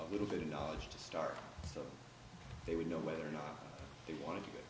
a little bit of knowledge to start so they would know whether or not they want t